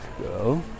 go